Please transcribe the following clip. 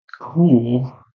cool